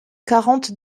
quarante